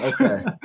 Okay